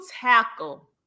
tackle